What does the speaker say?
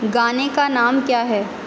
گانے کا نام کیا ہے